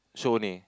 show only